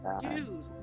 dude